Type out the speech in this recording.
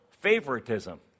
favoritism